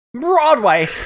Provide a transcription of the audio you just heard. Broadway